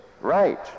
Right